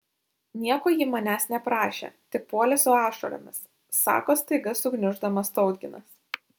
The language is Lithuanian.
nieko ji manęs neprašė tik puolė su ašaromis sako staiga sugniuždamas tautginas